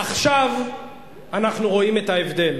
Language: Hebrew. עכשיו אנחנו רואים את ההבדל,